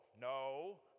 no